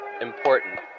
important